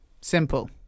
Simple